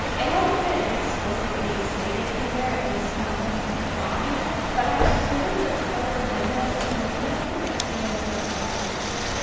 it hasn't been explicitly stated anywhere at least not that i could find but i assume her killer did this in and an attempt to conceal her identity.